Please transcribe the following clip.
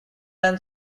ran